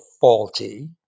faulty